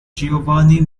giovanni